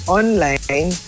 online